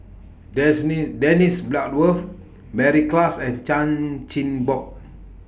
Dennis Bloodworth Mary Klass and Chan Chin Bock